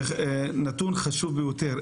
נתון חשוב ביותר.